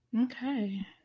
Okay